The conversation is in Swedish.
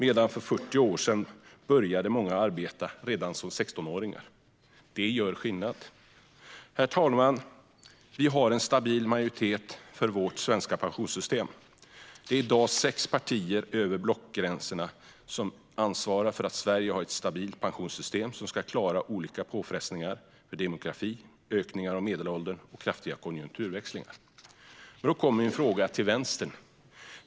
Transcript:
För 40 år sedan började många arbeta redan som 16-åringar. Det gör skillnad. Fru talman! Vi har en stabil majoritet för vårt svenska pensionssystem. Det är i dag sex partier som över blockgränserna ansvarar för att Sverige har ett stabilt pensionssystem som ska klara olika påfrestningar i form av demografi, ökning av medelåldern och kraftiga konjunkturväxlingar. Då kommer min fråga till Vänsterpartiet.